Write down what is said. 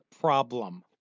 problem